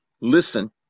listen